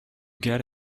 get